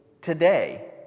today